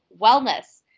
wellness